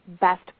best